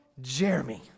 Jeremy